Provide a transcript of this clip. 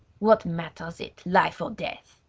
what matters it life or death